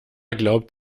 glaubt